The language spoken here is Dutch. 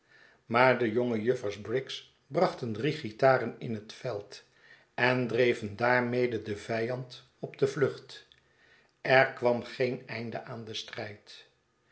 maar de jonge juffers briggs brachten drie guitaren in het veld en dreven daarmede den vijand op de vlucht er kwam geen einde aan den strijd